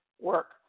work